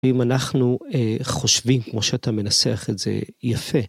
אם אנחנו חושבים, כמו שאתה מנסח את זה, יפה.